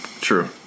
True